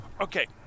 Okay